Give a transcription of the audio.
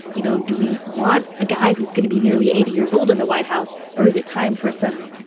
you know, do we want a guy who's going to be nearly eighty years old in the white house? or is it time for some,